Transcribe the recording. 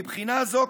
מבחינה זאת,